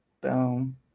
boom